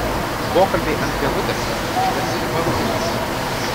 pokalbiai ant pievutės su šventiniu bankuchenu